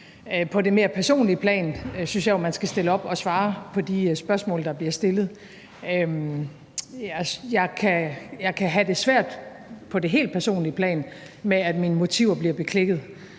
På det mere personlige plan synes jeg jo, at man skal stille op og svare på de spørgsmål, der bliver stillet. Jeg kan have det svært på det helt personlige plan med, at mine motiver bliver beklikket,